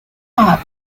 top